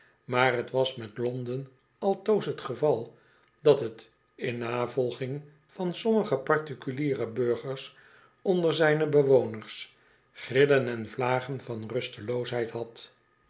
maar t was met londen altoos t geval dat het in navolging van sommige particuliere burgers onder zijne bewoners grillen en vlagen van rusteloosheid had